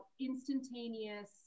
instantaneous